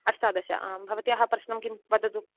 अष्टादश आम् भवत्याः प्रश्नं किं वदतु